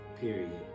period